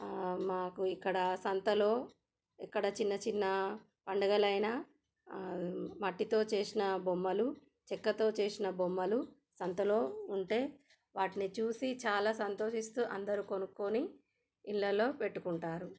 మాకు ఇక్కడ సంతలో ఇక్కడ చిన్న చిన్న పండగలు అయినా మట్టితో చేసిన బొమ్మలు చెక్కతో చేసిన బొమ్మలు సంతలో ఉంటే వాటిని చూసి చాలా సంతోషిస్తూ అందరూ కొనుక్కొని ఇళ్ళలో పెట్టుకుంటారు